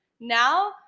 Now